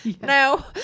Now